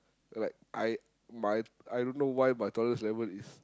like I my I don't know why my tolerance level is